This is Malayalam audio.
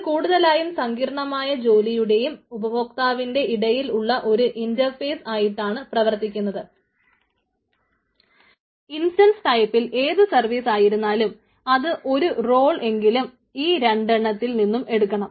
ഇത് കൂടുതലായും സങ്കീർണ്ണമായ ജോലിയുടെയും ഉപദോക്താവിന്റേയും ഇടയിൽ ഉള്ള ഒരു ഇൻറ്റർഫെയ്സ് ആയിട്ട് പ്രവർത്തിക്കുന്നു ഇൻസ്റ്റൻസ് ടൈപ്പിൽ ഏതു സർവീസ് ആയിരുന്നാലും അത് ഒരു റോൾ എങ്കിലും ഈ രണ്ടെണ്ണത്തിൽ നിന്നും എടുക്കണം